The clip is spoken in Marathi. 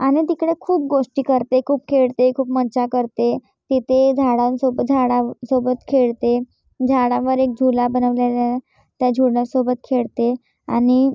आणि तिकडे खूप गोष्टी करते खूप खेळते खूप मज्जा करते तिथे झाडांसोब झाडासोबत खेळते झाडावर एक झुला बनवलेला आहे त्या झुल्यासोबत खेळते आणि